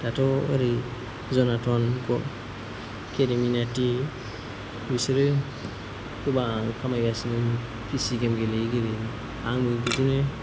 दाथ' ओरै जोंनाथ' ग'त केरि मिनाति बिसोरो गोबां खामायगासिनो पि सि गेम गेलेयै गेलेयैनो आंबो बिदि